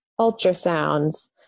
ultrasounds